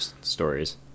stories